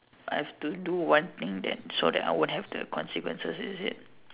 I have to do one thing that so that I won't have the consequences is it